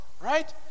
right